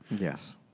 Yes